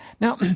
Now